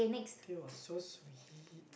that was so sweet